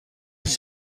les